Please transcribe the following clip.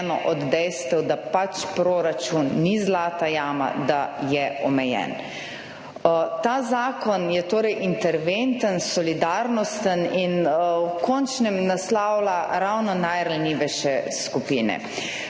od dejstev, da proračun ni zlata jama, da je omejen. Ta zakon je torej interventen, solidarnosten in v končnem naslavlja ravno najranljivejše skupine.